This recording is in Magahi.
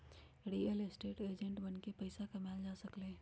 रियल एस्टेट एजेंट बनके पइसा कमाएल जा सकलई ह